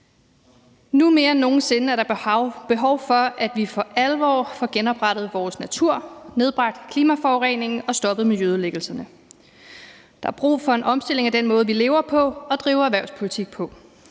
Nu mere end nogen sinde er der behov for, at vi for alvor får genoprettet vores natur, nedbragt klimaforureningen og stoppet miljøødelæggelserne. Der er brug for en omstilling af den måde, vi lever på og driver erhvervspolitik på.